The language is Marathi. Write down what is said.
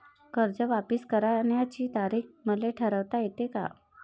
कर्ज वापिस करण्याची तारीख मले ठरवता येते का?